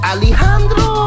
Alejandro